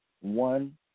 one